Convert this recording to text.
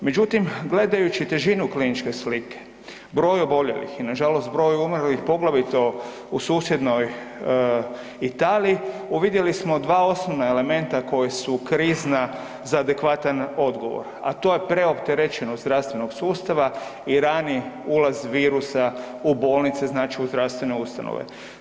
Međutim, gledajući težinu kliničke slike, broj oboljelih i nažalost broj umrlih, poglavito u susjednoj Italiji uvidjeli smo dva osnovna elementa koja su krizna za adekvatan odgovor, a to je preopterećenost zdravstvenog sustava i rani ulaz virusa u bolnice znači u zdravstvene ustanove.